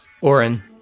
Oren